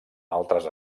altres